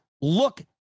look